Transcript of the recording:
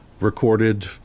recorded